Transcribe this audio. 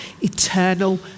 eternal